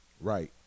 Right